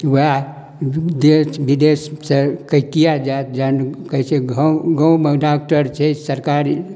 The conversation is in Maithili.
ओएह देश विदेशसँ कऽ किएक जायत जहन कहै छै घाव गाँवमे डॉक्टर छै सरकारी